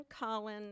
Colin